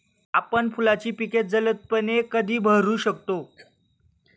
आपण फुलांची पिके जलदपणे कधी बहरू शकतो?